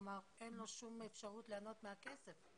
אין לו שום אפשרות ליהנות מהכסף.